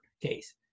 case